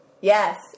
yes